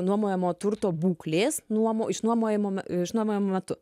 nuomojamo turto būklės nuomo išnuomojamame išnuomojimo metu